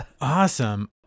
Awesome